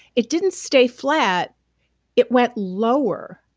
it didn't stay flat it went lower.